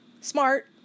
Smart